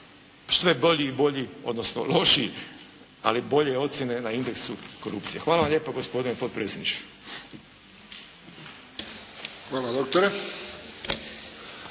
što je bolji i bolji, odnosno lošiji, ali bolje ocjene na indeksu korupcije. Hvala vam lijepa gospodine potpredsjedniče.